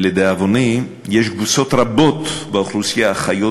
ולדאבוני יש קבוצות רבות באוכלוסייה החיות